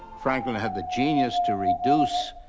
franklin had the genius to reduce